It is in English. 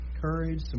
courage